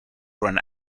run